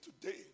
today